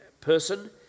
person